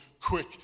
quick